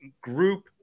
group